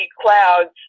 clouds